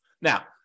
Now